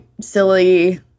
silly